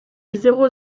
zéro